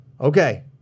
Okay